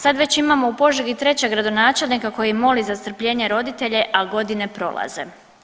Sad već imamo u Požegi 3. gradonačelnika koji moli za strpljenje roditelje, a godine prolaze.